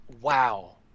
wow